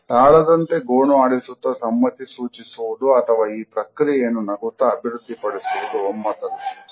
ತಾಳದಂತೆ ಗೋಣು ಆಡಿಸುತ್ತಾ ಸಮ್ಮತಿ ಸೂಚಿಸುವುದು ಅಥವಾ ಈ ಪ್ರಕ್ರಿಯೆಯನ್ನು ನಗುತ್ತಾ ಅಭಿವೃದ್ಧಿಪಡಿಸುವುದು ಒಮ್ಮತದ ಸೂಚನೆ